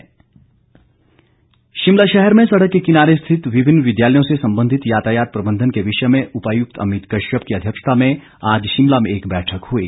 बैठक अवकाश शिमला शहर में सड़क के किनारे स्थित विभिन्न विद्यालयों से संबंधित यातायात प्रबंधन के विषय में उपायुक्त अमित कश्यप की अध्यक्षता में आज शिमला में एक बैठक हुई